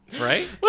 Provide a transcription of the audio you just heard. Right